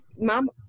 Mom